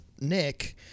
Nick